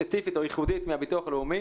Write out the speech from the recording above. ספציפית או ייחודית מהביטוח הלאומי.